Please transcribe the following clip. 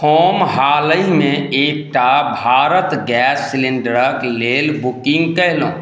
हम हालहिमे एकटा भारत गैस सिलिण्डरक लेल बुकिंग कयलहुॅं